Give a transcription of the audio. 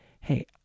hey